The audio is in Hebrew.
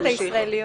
תמשיך.